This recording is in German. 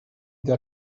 der